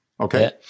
okay